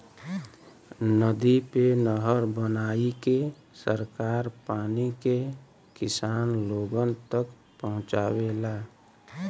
नदी पे नहर बनाईके सरकार पानी के किसान लोगन तक पहुंचावेला